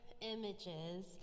images